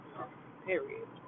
Period